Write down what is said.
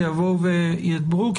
שיבואו וידברו.